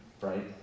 right